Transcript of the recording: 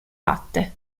latte